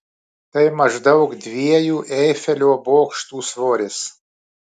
tai maždaug dviejų eifelio bokštų svoris